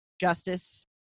justice